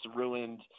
ruined